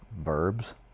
verbs